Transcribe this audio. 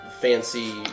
fancy